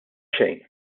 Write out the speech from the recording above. xejn